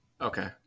Okay